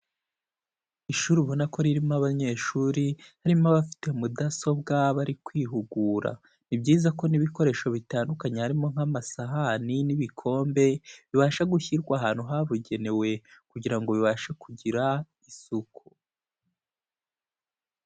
Ishuri ubona ko ririmo abanyeshuri harimo abafite mudasobwa bari kwihugura. Ni byiza ko n'ibikoresho bitandukanye harimo nk'amasahani n'ibikombe, bibasha gushyirwa ahantu habugenewe, kugira ngo bibashe kugira isuku.